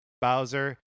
Bowser